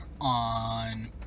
on